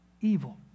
evil